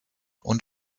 und